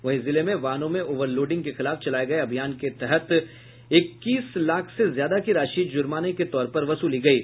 वहीं जिले में वाहनों में ओवर लोडिंग के खिलाफ चलाये गये अभियान के तहत इक्कीस लाख से ज्यादा की राशि जुर्माने के तौर पर वसूली गयी